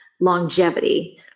longevity